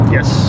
Yes